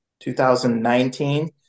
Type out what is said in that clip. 2019